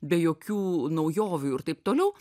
be jokių naujovių ir taip toliau